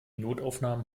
notaufnahmen